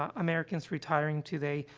um americans retiring today.